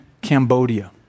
Cambodia